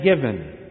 given